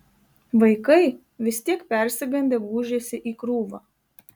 vaikai vis tiek persigandę gūžėsi į krūvą